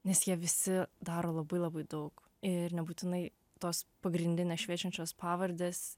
nes jie visi daro labai labai daug ir nebūtinai tos pagrindinės šviečiančios pavardės